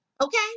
okay